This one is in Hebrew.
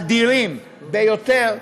אדירים ביותר,